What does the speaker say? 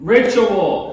Ritual